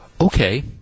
okay